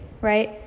right